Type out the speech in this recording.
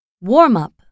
Warm-up